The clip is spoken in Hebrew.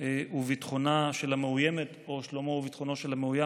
וביטחונה של המאוימת או שלומו וביטחונו של המאוים,